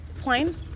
plane